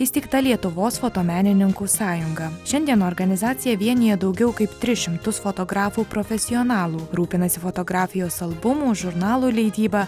įsteigta lietuvos fotomenininkų sąjunga šiandien organizacija vienija daugiau kaip tris šimtus fotografų profesionalų rūpinasi fotografijos albumų žurnalų leidyba